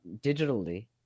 digitally